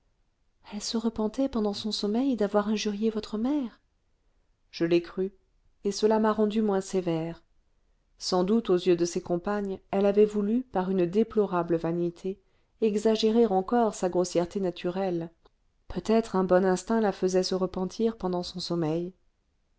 elle se repentait pendant son sommeil d'avoir injurié votre mère je l'ai cru et cela m'a rendue moins sévère sans doute aux yeux de ses compagnes elle avait voulu par une déplorable vanité exagérer encore sa grossièreté naturelle peut-être un bon instinct la faisait se repentir pendant son sommeil